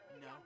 No